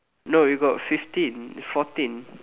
no you got fifteen fourteen